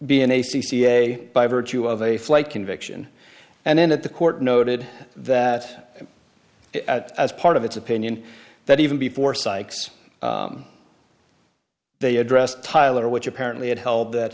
be in a c c a by virtue of a flight conviction and then that the court noted that at as part of its opinion that even before sykes they address tyler which apparently it held that